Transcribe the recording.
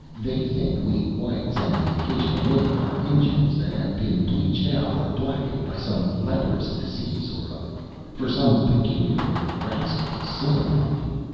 they think we whites and the occasional nigger are injuns that have been bleached out or blackened by some leprous disease or other for some peculiarly rascally sin, mind you.